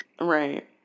right